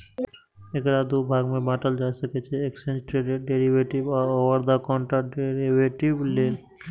एकरा दू भाग मे बांटल जा सकै छै, एक्सचेंड ट्रेडेड डेरिवेटिव आ ओवर द काउंटर डेरेवेटिव लेल